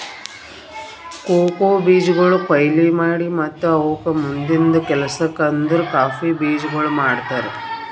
cocoa ಬೀಜಗೊಳ್ ಕೊಯ್ಲಿ ಮಾಡಿ ಮತ್ತ ಅವುಕ್ ಮುಂದಿಂದು ಕೆಲಸಕ್ ಅಂದುರ್ ಕಾಫಿ ಬೀಜಗೊಳ್ ಮಾಡ್ತಾರ್